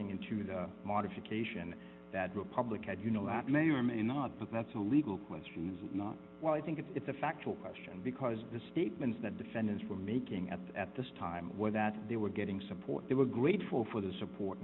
into the modification that republicans you know that may or may not but that's a legal question is not why i think it's a factual question because the statements that defendants were making at that at this time was that they were getting support they were grateful for the support